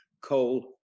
coal